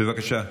בבקשה.